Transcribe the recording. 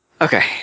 Okay